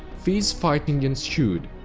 fierce fighting ensued,